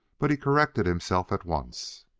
but he corrected himself at once.